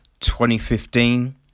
2015